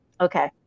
Okay